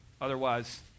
otherwise